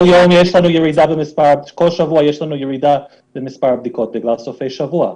שבוע יש לנו ירידה במספר הבדיקות בגלל סופי שבוע.